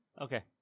Okay